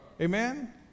Amen